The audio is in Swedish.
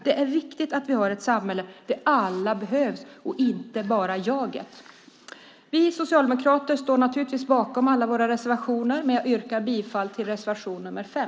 Det är viktigt att vi har ett samhälle där alla behövs, inte bara jaget. Vi socialdemokrater står naturligtvis bakom alla våra reservationer, men jag yrkar bifall endast till reservation 5.